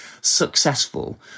successful